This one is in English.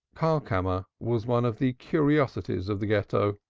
karlkammer was one of the curiosities of the ghetto.